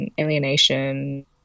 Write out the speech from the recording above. alienation